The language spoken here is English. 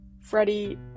Freddie